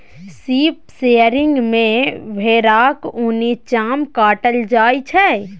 sheep shearing मे भेराक उनी चाम काटल जाइ छै